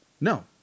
No